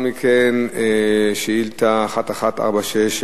שאילתא 1146,